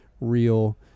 real